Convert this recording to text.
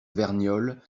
verniolle